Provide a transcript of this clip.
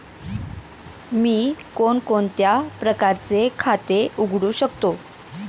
मी कोणकोणत्या प्रकारचे खाते उघडू शकतो?